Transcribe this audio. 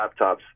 laptops